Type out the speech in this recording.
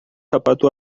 sapato